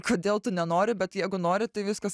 kodėl tu nenori bet jeigu nori tai viskas